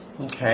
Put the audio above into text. Okay